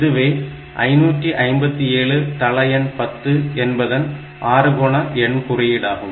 இதுவே 557 தள எண் 10 என்பதன் அறுகோண எண் குறியீடாகும்